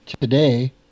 today